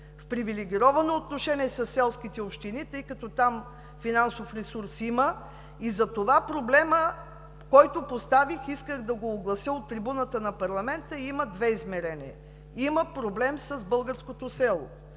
в привилегировано отношение със селските общини, тъй като там финансов ресурс има, затова проблемът, който поставих, исках да го оглася от трибуната на парламента, има две измерения. Има проблем с българското село!